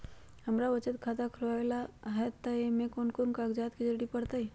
हमरा बचत खाता खुलावेला है त ए में कौन कौन कागजात के जरूरी परतई?